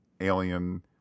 alien